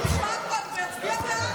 טלי לא תצביע בעד.